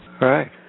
right